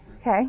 Okay